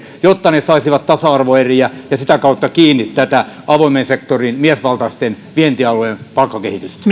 jotta he saisivat tasa arvoeriä ja sitä kautta kiinni avoimen sektorin miesvaltaisten vientialojen palkkakehitystä